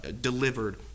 delivered